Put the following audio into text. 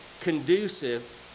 conducive